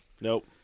Nope